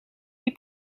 lui